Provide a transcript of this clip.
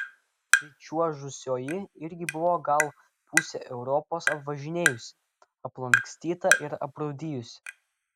pričiuožusioji irgi buvo gal pusę europos apvažinėjusi aplankstyta ir aprūdijusi